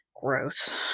gross